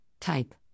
Type